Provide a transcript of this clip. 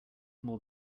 more